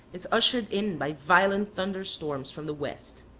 is ushered in by violent thunder-storms from the west.